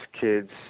kids